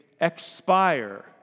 expire